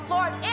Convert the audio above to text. Lord